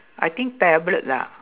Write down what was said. I think tablet lah